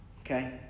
Okay